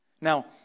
Now